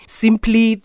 simply